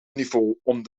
onderzoeken